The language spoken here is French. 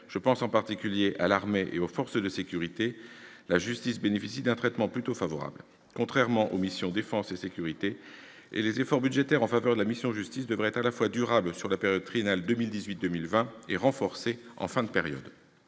je pense en particulier à l'armée et aux forces de sécurité -, la justice bénéficie d'un traitement plutôt favorable : contrairement aux missions « Défense » et « Sécurités », les efforts budgétaires en faveur de la mission « Justice » devraient être à la fois durables sur la période triennale 2018-2020 et renforcés en fin de période.